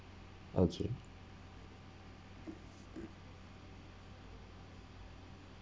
okay